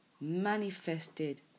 manifested